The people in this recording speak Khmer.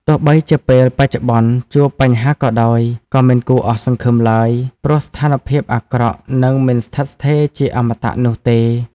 ទោះបីជាពេលបច្ចុប្បន្នជួបបញ្ហាក៏ដោយ ក៏មិនគួរអស់សង្ឃឹមឡើយ ព្រោះស្ថានភាពអាក្រក់នឹងមិនស្ថិតស្ថេរជាអមតៈនោះទេ។